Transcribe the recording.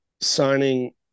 signing